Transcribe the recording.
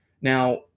Now